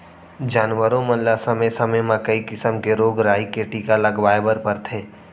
जानवरों मन ल समे समे म कई किसम के रोग राई के टीका लगवाए बर परथे